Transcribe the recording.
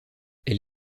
elle